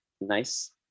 Nice